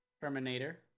Terminator